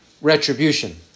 retribution